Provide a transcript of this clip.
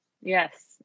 Yes